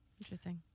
Interesting